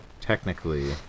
technically